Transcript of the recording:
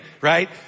right